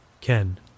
Ken